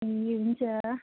ए हुन्छ